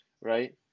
right